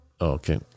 okay